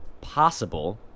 possible